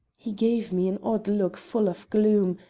he gave me an odd look full of gloom,